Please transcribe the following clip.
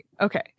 Okay